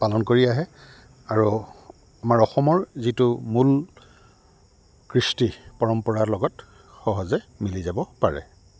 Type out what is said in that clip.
পালন কৰি আহে আৰু আমাৰ অসমৰ যিটো মূল কৃষ্টি পৰম্পৰাৰ লগত সহজে মিলি যাব পাৰে